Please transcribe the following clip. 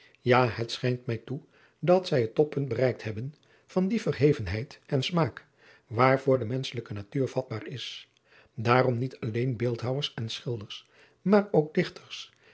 ja het schijnt mij toe dat zij het toppunt bereikt hebben van die verhevenheid en smaak waarvoor de menschelijke natuur vatbaar is waarom niet alleen eeldhouwers en childers maar ook ichters